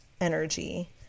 energy